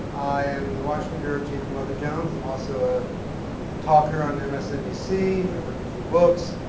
i am the washington bureau chief for mother jones. i'm also a talker on msnbc. i've written a few books,